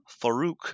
Farouk